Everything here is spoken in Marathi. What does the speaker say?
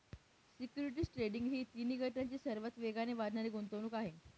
सिक्युरिटीज ट्रेडिंग ही तिन्ही गटांची सर्वात वेगाने वाढणारी गुंतवणूक आहे